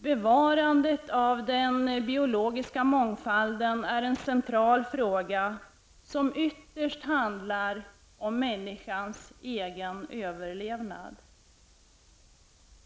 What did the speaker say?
Bevarandet av den biologiska mångfalden är en central fråga, som ytterst handlar om människans egen överlevnad.